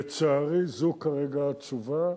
לצערי, זו כרגע התשובה.